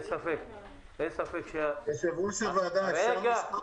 אין ספק --- יושב-ראש הוועדה, אפשר משפט?